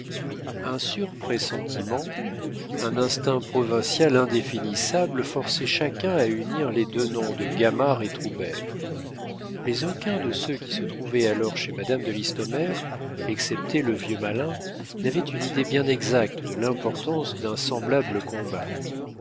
un sûr pressentiment un instinct provincial indéfinissable forçait chacun à unir les deux noms de gamard et troubert mais aucun de ceux qui se trouvaient alors chez madame de listomère excepté le vieux malin n'avait une idée bien exacte de l'importance d'un semblable combat